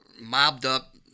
mobbed-up